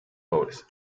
pobres